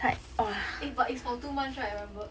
eh but it's for two months right I remember